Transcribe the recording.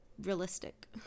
realistic